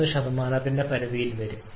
41 പരിധിയിൽ വരും